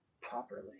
properly